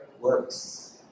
works